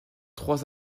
trois